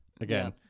again